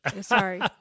Sorry